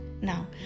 now